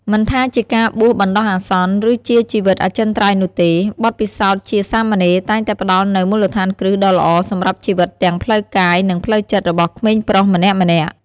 មិនថាជាការបួសបណ្ដោះអាសន្ន ឬជាជីវិតអចិន្ត្រៃយ៍នោះទេ បទពិសោធន៍ជាសាមណេរតែងតែផ្ដល់នូវមូលដ្ឋានគ្រឹះដ៏ល្អសម្រាប់ជីវិតទាំងផ្លូវកាយ និងផ្លូវចិត្តរបស់ក្មេងប្រុសម្នាក់ៗ។